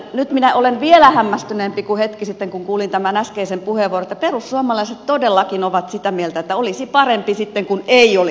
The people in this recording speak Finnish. nyt minä olen vielä hämmästyneempi kuin hetki sitten kun kuulin tämän äskeisen puheenvuoron että perussuomalaiset todellakin ovat sitä mieltä että olisi parempi sitten kun ei olisi vakuuksia